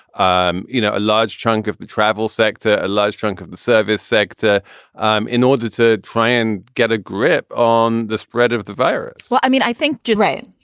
um you know, a large chunk of the travel sector, a large chunk of the service sector and in order to try and get a grip on the spread of the virus well, i mean, i think you're right.